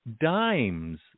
dimes